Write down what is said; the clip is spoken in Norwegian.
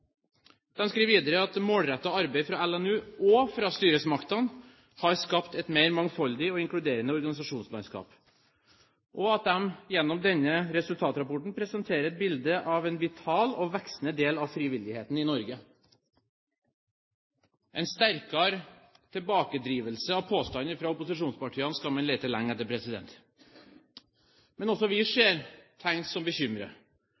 Målretta arbeid frå LNU og frå styresmaktene har skapt eit meir mangfaldig og inkluderande organisasjonslandskap.» De skriver videre: «Gjennom denne resultatrapporten presenterer LNU eit bilete av ein vital og veksande del av frivilligheita i Noreg.» En sterkere tilbakevisning av påstandene fra opposisjonspartiene skal man lete lenge etter. Men også vi ser tegn som